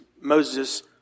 Moses